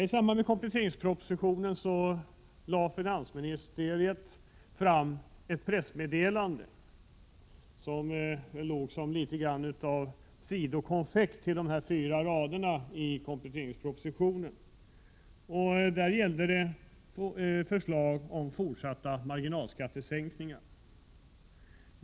I samband med att kompletteringspropositionen lades fram skickade finansdepartementet ut ett pressmeddelande, som man väl kan säga var något av sidokonfekt till de fyra raderna i kompletteringspropositionen. Pressmeddelandet gällde ett förslag om en fortsättning av sänkningarna av marginalskatterna.